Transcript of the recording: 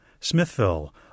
Smithville